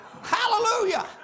Hallelujah